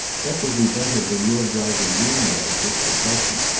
that will be better than your driving me mad just at present.